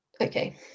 Okay